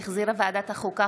שהחזירה ועדת החוקה,